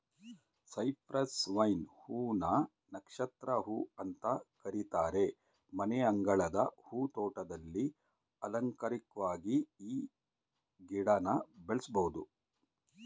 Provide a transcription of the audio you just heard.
Cyprus vine ಹೂ ನ ನಕ್ಷತ್ರ ಹೂ ಅಂತ ಕರೀತಾರೆ ಮನೆಯಂಗಳದ ಹೂ ತೋಟದಲ್ಲಿ ಅಲಂಕಾರಿಕ್ವಾಗಿ ಈ ಗಿಡನ ಬೆಳೆಸ್ಬೋದು